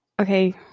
Okay